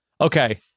Okay